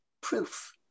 proof